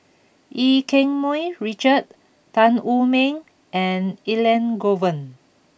Eu Keng Mun Richard Tan Wu Meng and Elangovan